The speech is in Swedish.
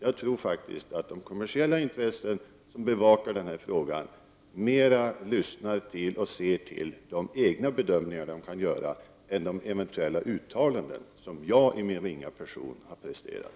Jag tror faktiskt att de kommersiella intressen som bevakar frågan mera ser till de egna bedömningarna än till eventuella uttalanden som jag som den ringa person jag är har presterat.